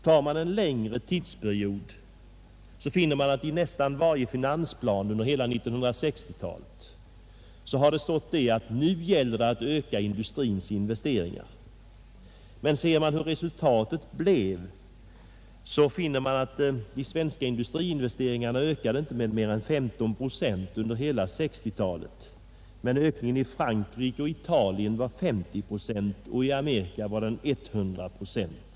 Om vi tar en längre tidsperiod finner vi att de svenska industriinvesteringarna inte ökade med mer än 15 procent under hela 1960-talet, medan ökningen i Frankrike och Italien var 50 procent och i Amerika 100 procent.